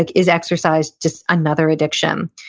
like is exercise just another addiction?